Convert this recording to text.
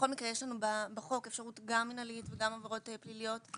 בכל מקרה יש לנו בחוק אפשרות גם מינהלית וגם עבירות פליליות,